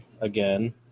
again